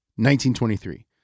1923